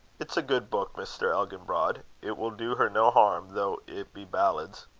it's a good book, mr. elginbrod. it will do her no harm, though it be ballads.